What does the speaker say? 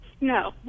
No